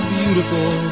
beautiful